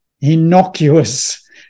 innocuous